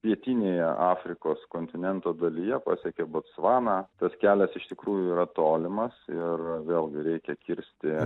pietinėje afrikos kontinento dalyje pasiekė botsvaną tas kelias iš tikrųjų yra tolimas ir vėl gi reikia kirsti